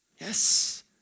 Yes